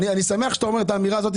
אני שמח שאתה אומר את האמירה הזאת,